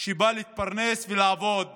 שבא להתפרנס ולעבוד